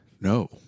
no